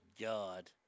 God